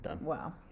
Wow